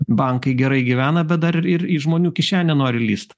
bankai gerai gyvena bet dar ir į žmonių kišenę nori lįst